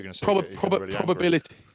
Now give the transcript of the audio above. probability